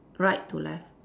right to left